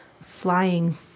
flying